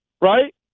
right